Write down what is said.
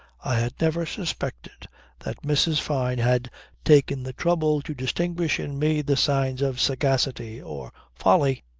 i had never suspected that mrs. fyne had taken the trouble to distinguish in me the signs of sagacity or folly.